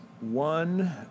One